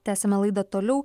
tęsiame laidą toliau